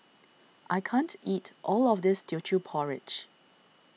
I can't eat all of this Teochew Porridge